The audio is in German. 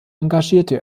engagierte